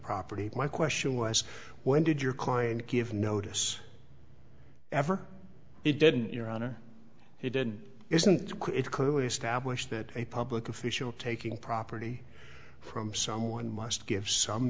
property my question was when did your client give notice ever it didn't your honor he didn't isn't it clearly established that a public official taking property from someone must give some